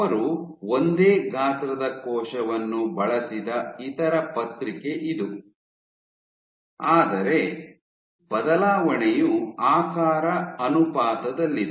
ಅವರು ಒಂದೇ ಗಾತ್ರದ ಕೋಶವನ್ನು ಬಳಸಿದ ಇತರ ಪತ್ರಿಕೆ ಇದು ಆದರೆ ಬದಲಾವಣೆಯು ಆಕಾರ ಅನುಪಾತದಲ್ಲಿದೆ